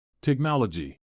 Technology